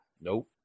nope